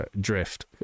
drift